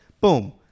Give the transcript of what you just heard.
Boom